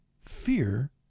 fear